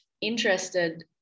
interested